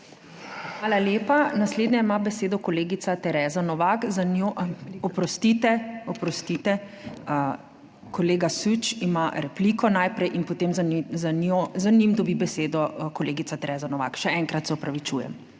Hvala lepa. Naslednja ima besedo kolegica Tereza Novak, za njo… Oprostite, oprostite, Süč ima repliko najprej in potem za njim dobi besedo kolegica Tereza Novak. Še enkrat se opravičujem.